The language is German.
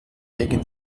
gegen